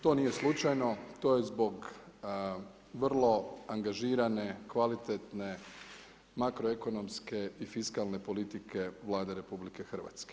To nije slučajno, to je zbog vrlo angažirane, kvalitetne makroekonomske i fiskalne politike Vlade RH.